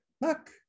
Look